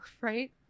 right